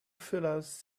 fellas